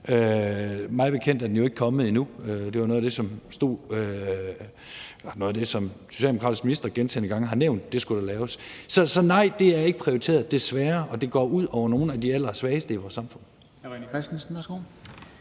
– mig bekendt er den jo ikke kommet endnu – det var noget af det, som den socialdemokratiske minister gentagne gange har nævnt skulle laves. Så nej, det er ikke prioriteret, desværre, og det går ud over nogle af de allersvageste i vores samfund.